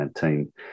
team